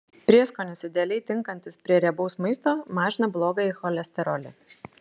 prieskonis idealiai tinkantis prie riebaus maisto mažina blogąjį cholesterolį